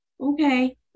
okay